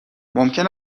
ممکن